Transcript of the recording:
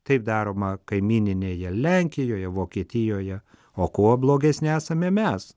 taip daroma kaimyninėje lenkijoje vokietijoje o kuo blogesni esame mes